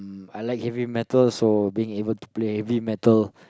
I like heavy metal so being able to play heavy metal